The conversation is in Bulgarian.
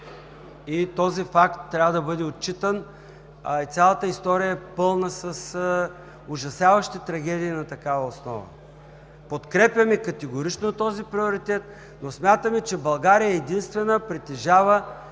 Този факт трябва да бъде отчитан. Цялата история е пълна с ужасяващи трагедии на такава основа. Подкрепяме категорично този приоритет. Смятаме, че България единствено притежава